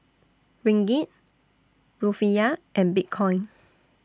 Ringgit Rufiyaa and Bitcoin